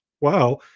Wow